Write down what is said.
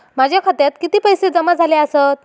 माझ्या खात्यात किती पैसे जमा झाले आसत?